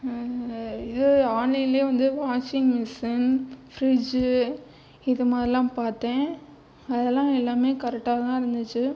இதே ஆன்லைன்லேயே வந்து வாஷிங் மிஷின் ஃப்ரிட்ஜூ இது மாதிரிலாம் பாத்தேன் அதெல்லாம் எல்லாமே கரெக்டாக தான் இருந்துச்சு